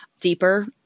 deeper –